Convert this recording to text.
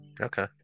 Okay